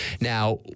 Now